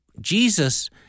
Jesus